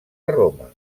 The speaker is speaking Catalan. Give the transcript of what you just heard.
roma